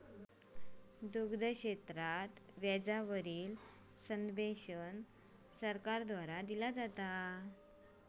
दुग्ध क्षेत्रात व्याजा वरील सब्वेंशन सरकार द्वारा दिला जाता